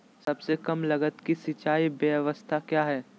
सबसे कम लगत की सिंचाई ब्यास्ता क्या है?